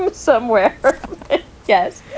but somewhere yes.